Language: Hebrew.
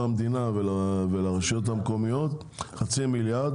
המדינה ולרשויות המקומיות בסך של חצי מיליארד